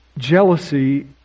Jealousy